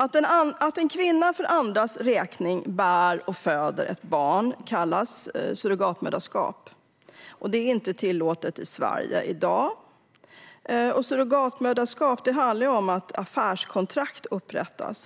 Att en kvinna för andras räkning bär och föder ett barn kallas surrogatmoderskap, och det är i dag inte tillåtet i Sverige. Surrogatmoderskap innebär att det upprättas ett affärskontrakt